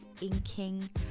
inking